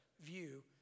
view